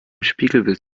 spiegelbild